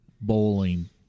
bowling